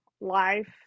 life